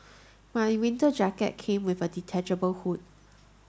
my winter jacket came with a detachable hood